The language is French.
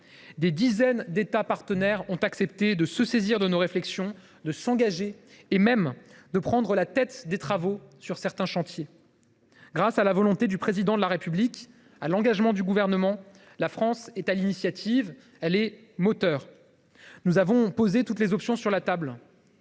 des dizaines d’États partenaires ont accepté de se saisir de nos réflexions, de s’engager et même de prendre la tête des travaux sur certains chantiers. Grâce à la volonté du Président de la République et à l’engagement du Gouvernement, la France est à l’initiative, elle est un moteur. Nous avons posé toutes les options sur la table,